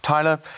Tyler